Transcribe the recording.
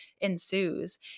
ensues